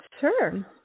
Sure